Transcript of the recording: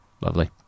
Lovely